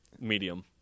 Medium